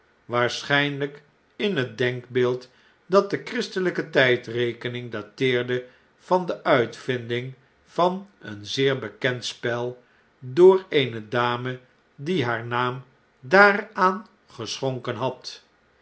waarschpljjk in het denkbeeld dat de christelijke tydrekening dateerde van de uitvinding van een zeer bekend spel door eene dame die haar naam daaraan geschonken had